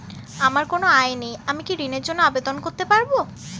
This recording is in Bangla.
আমার কোনো আয় নেই আমি কি ঋণের জন্য আবেদন করতে পারব?